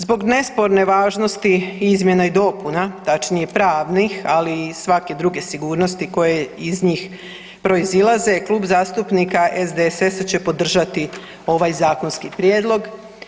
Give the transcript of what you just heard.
Zbog nesporne važnosti izmjena i dopuna tačnije pravnih ali i svake druge sigurnosti koje iz njih proizlaze Klub zastupnika SDSS-a će podržati ovaj zakonski prijedlog.